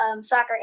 soccer